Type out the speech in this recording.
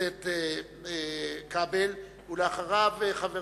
הכנסת כבל, ואחריו, חבר